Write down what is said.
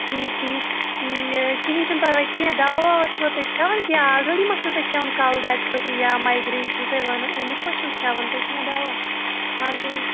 ٹھیٖک ٹھیٖک کِہیٖنٛۍ چھُنہٕ پرواے کیٚنٛہہ دَوا وَوا چھُوا تُہۍ کھیٚوان کیٚنٛہہ آلریڈی ما چھُو تُہۍ کھیٚوان کَلہٕ دادِ خٲطرٕ یا مایگرٛین چھُو تۄہہِ وَنان اَمیُک ما چھُو کھیٚوان تُہۍ کیٚںٛہہ دَوا آلریڈی